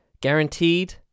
guaranteed